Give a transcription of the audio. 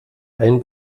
ein